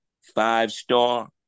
five-star